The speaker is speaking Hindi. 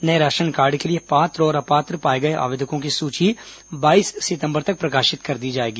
नये राशनकार्ड के लिए पात्र और अपात्र पाए गए आवेदकों की सूची बाईस सितम्बर तक प्रकाशित कर दी जाएगी